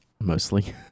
mostly